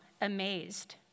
amazed